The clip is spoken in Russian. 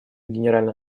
генеральная